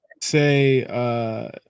say